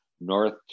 north